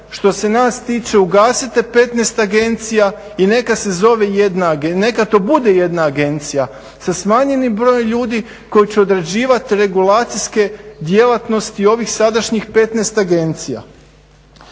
i neka se zove jedna agencija, neka to bude jedna agencija sa smanjenim brojem ljudi koji će odrađivati regulacijske djelatnosti ovih sadašnjih 15 agencija.